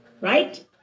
right